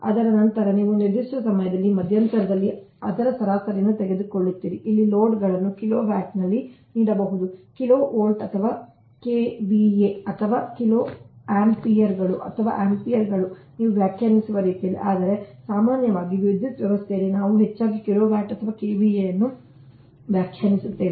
ಅದರ ನಂತರ ನೀವು ನಿರ್ದಿಷ್ಟ ಸಮಯದ ಮಧ್ಯಂತರದಲ್ಲಿ ಅದರ ಸರಾಸರಿಯನ್ನು ತೆಗೆದುಕೊಳ್ಳುತ್ತೀರಿ ಇಲ್ಲಿ ಲೋಡ್ಅನ್ನು ಕಿಲೋವ್ಯಾಟ್ನಲ್ಲಿ ನೀಡಬಹುದು ಕಿಲೋವೋಲ್ಟ್ ಅಥವಾ kva ಅಥವಾ ಕಿಲೋಆಂಪಿಯರ್ಗಳು ಅಥವಾ ಆಂಪಿಯರ್ಗಳು ನೀವು ವ್ಯಾಖ್ಯಾನಿಸುವ ರೀತಿಯಲ್ಲಿ ಆದರೆ ಸಾಮಾನ್ಯವಾಗಿ ವಿದ್ಯುತ್ ವ್ಯವಸ್ಥೆಯಲ್ಲಿ ನಾವು ಹೆಚ್ಚಾಗಿ ಕಿಲೋವ್ಯಾಟ್ ಅಥವಾ kva ಅನ್ನು ವ್ಯಾಖ್ಯಾನಿಸುತ್ತೇವೆ